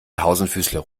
tausendfüßler